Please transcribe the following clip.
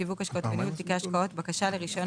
בשיווק השקעות ובניהול תיקי השקעות (בקשה לרישיון,